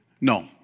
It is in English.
No